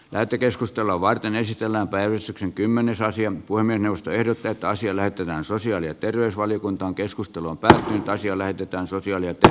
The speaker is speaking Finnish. lähetekeskustelua varten esitellään päivystyksen kymmene saisi ampua minusta ehdotetaan siellä tänään sosiaali ja terveysvaliokuntaan keskustelun pää asia lähetetään sosiaali että